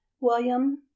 william